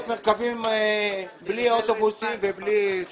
את מרכבים בלי אוטובוסים ובלי כל הבטחה.